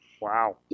Wow